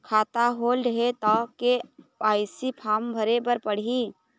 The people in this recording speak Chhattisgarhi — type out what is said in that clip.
खाता होल्ड हे ता के.वाई.सी फार्म भरे भरे बर पड़ही?